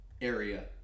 area